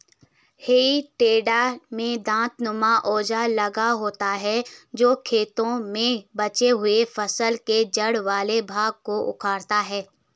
हेइ टेडर में दाँतनुमा औजार लगा होता है जो खेतों में बचे हुए फसल के जड़ वाले भाग को उखाड़ता है